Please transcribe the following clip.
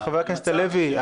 חבר הכנסת הלוי,